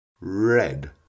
red